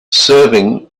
serving